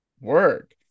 work